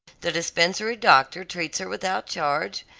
the dispensary doctor treats her without charge,